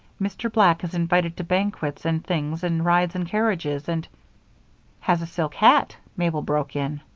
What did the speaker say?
mr. black is invited to banquets and things and rides in carriages and has a silk hat, mabel broke in.